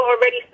already